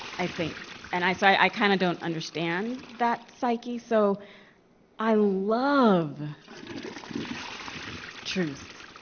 i think. and i so i kind of don't understand that psyche. so i love truth.